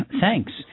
Thanks